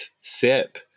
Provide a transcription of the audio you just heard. sip